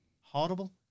horrible